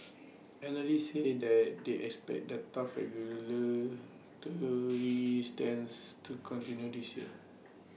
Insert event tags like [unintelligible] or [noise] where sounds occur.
analysts say that they expect that tough [unintelligible] [noise] stance to continue this year